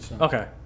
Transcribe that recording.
Okay